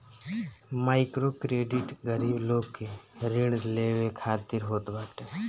microcredit गरीब लोग के ऋण लेवे खातिर होत बाटे